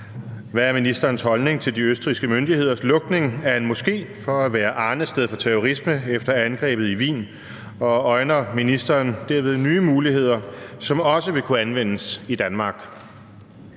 Hvad er ministerens holdning til de østrigske myndigheders lukning af en moské for at være arnested for terrorisme efter angrebet i Wien, og øjner ministeren derved nye muligheder, som også vil kunne anvendes i Danmark?